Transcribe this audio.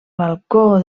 balcó